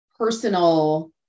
Personal